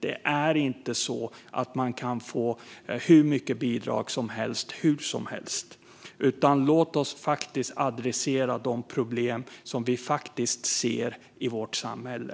Det är inte så att man kan få hur mycket bidrag som helst hur som helst. Låt oss i stället adressera de problem som vi faktiskt ser i vårt samhälle.